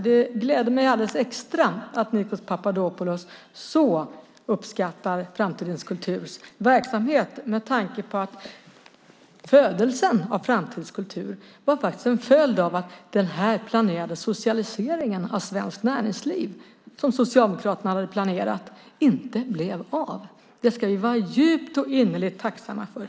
Det gläder mig alldeles extra att Nikos Papadopoulos så uppskattar Framtidens kulturs verksamhet, med tanke på att födelsen av Framtidens kultur var faktiskt en följd av att socialiseringen av svenskt näringsliv som Socialdemokraterna hade planerat inte blev av. Det ska vi vara djupt och innerligt tacksamma för.